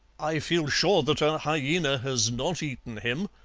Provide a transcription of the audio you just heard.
i feel sure that a hyaena has not eaten him,